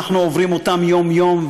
אנחנו עוברים אותם יום-יום,